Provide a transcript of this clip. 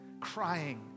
crying